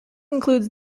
includes